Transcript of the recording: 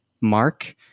mark